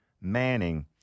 Manning